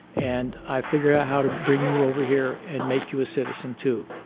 and i figure out how to bring you over here and make you a citizen too.